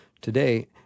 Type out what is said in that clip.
Today